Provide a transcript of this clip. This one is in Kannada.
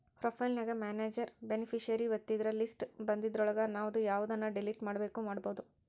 ಪ್ರೊಫೈಲ್ ನ್ಯಾಗ ಮ್ಯಾನೆಜ್ ಬೆನಿಫಿಸಿಯರಿ ಒತ್ತಿದ್ರ ಲಿಸ್ಟ್ ಬನ್ದಿದ್ರೊಳಗ ನಾವು ಯವ್ದನ್ನ ಡಿಲಿಟ್ ಮಾಡ್ಬೆಕೋ ಮಾಡ್ಬೊದು